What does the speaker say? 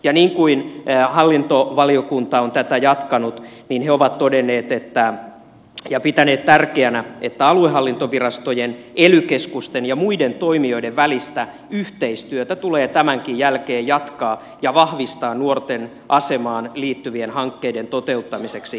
ja niin kuin hallintovaliokunta on tätä jatkanut niin he ovat todenneet ja pitäneet tärkeänä että aluehallintovirastojen ely keskusten ja muiden toimijoiden välistä yhteistyötä tulee tämänkin jälkeen jatkaa ja vahvistaa nuorten asemaan liittyvien hankkeiden toteuttamiseksi